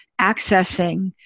accessing